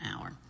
hour